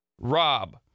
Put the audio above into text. Rob